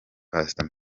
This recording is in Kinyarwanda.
pastor